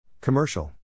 Commercial